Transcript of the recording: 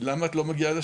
למה את לא מגיעה לשיעורים?